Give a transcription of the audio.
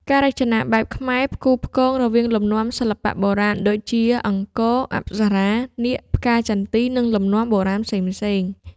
ការរចនាបែបខ្មែរ ផ្គូផ្គងរវាងលំនាំសិល្បៈបុរាណ ដូចជា អង្គរ អប្សរា នាគ ផ្កាចន្ទី និងលំនាំបុរាណផ្សេងៗ